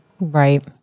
Right